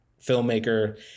filmmaker